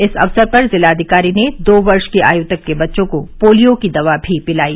इस अवसर पर जिलाधिकारी ने दो वर्ष की आयु तक के बच्चों को पोलियो की दवा भी पिलाई